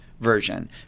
version